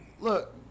look